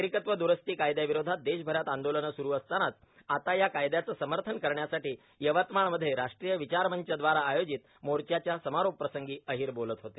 नागरिकत्व दुरुस्ती कायद्याविरोधात देशभरात आंदोलने सुरू असतानाच आता या कायद्याचे समर्थन करण्यासाठी यवतमाळ मध्ये राष्ट्रीय विचारमंच दवारा आयोजित मोर्चाच्या समारोप प्रसंगी अहीर बोलत होते